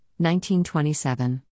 1927